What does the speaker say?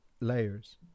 layers